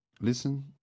listen